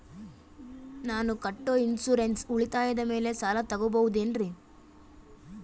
ನಾನು ಕಟ್ಟೊ ಇನ್ಸೂರೆನ್ಸ್ ಉಳಿತಾಯದ ಮೇಲೆ ಸಾಲ ತಗೋಬಹುದೇನ್ರಿ?